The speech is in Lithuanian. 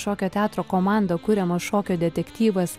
šokio teatro komanda kuriamas šokio detektyvas